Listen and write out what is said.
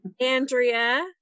Andrea